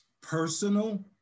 personal